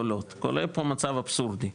עולה פה מצב אבסורדי,